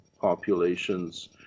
populations